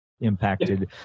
impacted